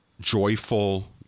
joyful